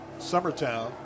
Summertown